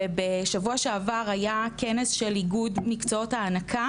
בשבוע שעבר היה כנס של איגוד מקצועות ההנקה